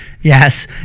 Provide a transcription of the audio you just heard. yes